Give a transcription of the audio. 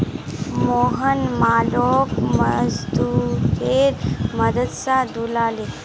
मोहन मालोक मजदूरेर मदद स ढूला ले